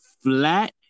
flat